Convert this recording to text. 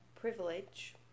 privilege